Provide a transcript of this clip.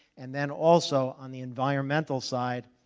and then also, on the environmental side,